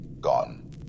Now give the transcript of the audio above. gone